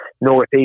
northeast